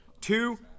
Two